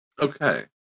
Okay